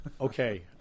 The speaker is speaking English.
Okay